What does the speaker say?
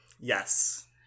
Yes